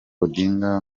odinga